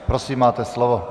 Prosím, máte slovo.